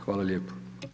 Hvala lijepo.